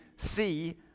see